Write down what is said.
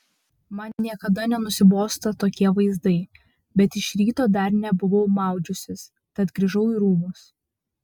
man niekada nenusibosta tokie vaizdai bet iš ryto dar nebuvau maudžiusis tad grįžau į rūmus